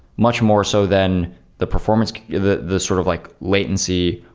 much more so than the performance the the sort of like latency,